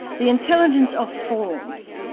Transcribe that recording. the intelligence of forms,